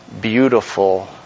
beautiful